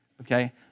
okay